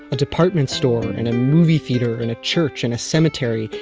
ah department store and and a movie theater and a church and a cemetery,